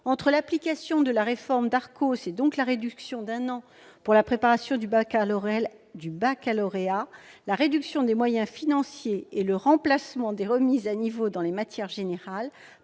entre l'application de la réforme Darcos, donc la réduction d'un an pour la préparation du baccalauréat, la réduction des moyens financiers et le remplacement des remises à niveau dans les matières générales